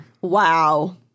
Wow